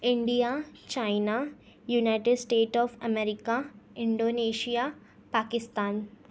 India China United States of America Indonesia Pakistan